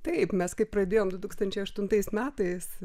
taip mes kaip pradėjom du tūkstančiai aštuntais metais